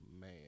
man